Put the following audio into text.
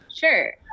Sure